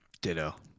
ditto